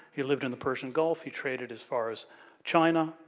he lived in the persian gulf, he traded as far as china.